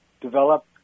develop